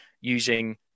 using